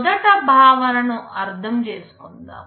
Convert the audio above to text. మొదట భావన ను అర్థం చేసుకుందాం